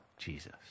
jesus